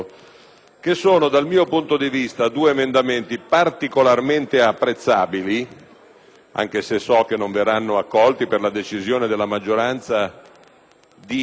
anche se so che non saranno approvati per la decisione della maggioranza di difendere il testo, così come è uscito dalla Camera dei deputati, perché cercano